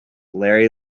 larry